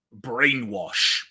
Brainwash